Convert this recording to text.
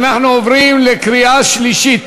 אנחנו עוברים להצבעה בקריאה שלישית.